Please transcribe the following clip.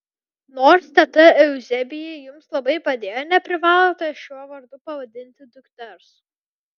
nors teta euzebija jums labai padėjo neprivalote šiuo vardu pavadinti dukters